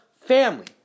family